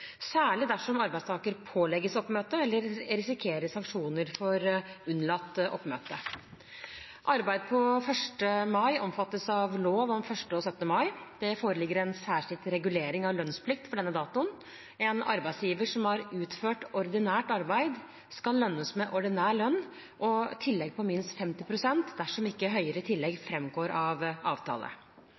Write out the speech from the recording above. særlig dersom arbeidstakeren pålegges oppmøte eller risikerer sanksjoner for unnlatt oppmøte. Arbeid på 1. mai omfattes av lov om 1. og 17. mai. Det foreligger en særskilt regulering av lønnsplikt for denne datoen. En arbeidstaker som har utført ordinært arbeid, skal lønnes med ordinær lønn og et tillegg på minst 50 pst. dersom ikke høyere tillegg framgår av avtale.